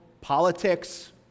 politics